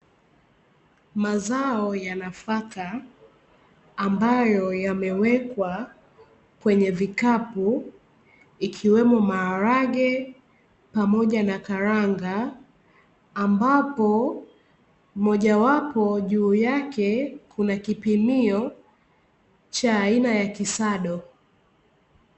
Mazao ya nafaka ambayo yamewekwa kwenye vikapu ikiwemo maharage pamoja na karanga, ambapo mojawapo juu yake kuna kipimio cha aina ya kisado.